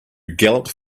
galloped